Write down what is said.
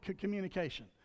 communication